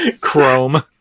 Chrome